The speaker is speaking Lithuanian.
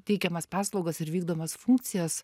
teikiamas paslaugas ir vykdomas funkcijas